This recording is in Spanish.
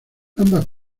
ambas